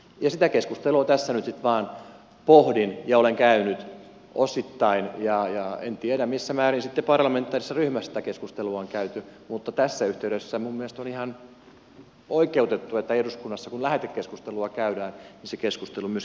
sitä keskustelua tässä nyt sitten vain pohdin ja olen käynyt osittain ja en tiedä missä määrin sitten parlamentaarisessa ryhmässä sitä keskustelua on käyty mutta tässä yhteydessä minun mielestäni on ihan oikeutettua että eduskunnassa kun lähetekeskustelua käydään se keskustelu myöskin käydään